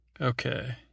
Okay